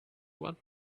want